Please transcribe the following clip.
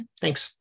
Thanks